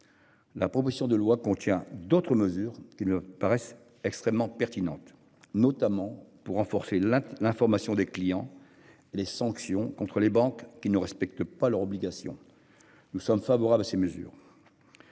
La proposition de loi contient d'autres mesures qui me paraissent extrêmement pertinentes, notamment pour renforcer l'information des clients. Les sanctions contre les banques qui ne respectent pas leur obligation. Nous sommes favorables à ces mesures.